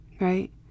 right